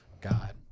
god